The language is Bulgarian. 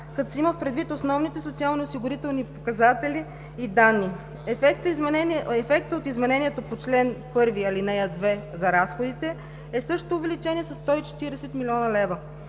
като се имат предвид основните социално-осигурителни показатели и данни. Ефектът от изменението по чл. 1, ал. 2 – за разходите, е също увеличение със 140 млн. лв.